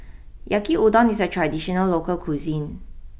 Yaki Udon is a traditional local cuisine